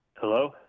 Hello